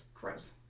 Gross